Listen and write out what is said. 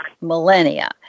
millennia